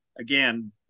again